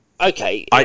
okay